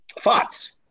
thoughts